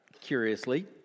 curiously